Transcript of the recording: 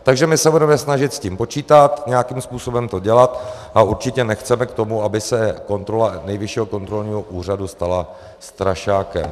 Takže my se budeme snažit s tím počítat, nějakým způsobem to dělat a určitě nechceme k tomu, aby se kontrola Nejvyššího kontrolního úřadu stala strašákem.